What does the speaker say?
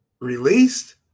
released